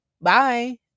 bye